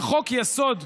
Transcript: וחוק-יסוד: